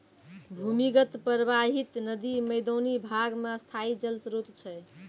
भूमीगत परबाहित नदी मैदानी भाग म स्थाई जल स्रोत छै